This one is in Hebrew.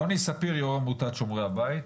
יוני ספיר, יו"ר עמותת שומרי הבית.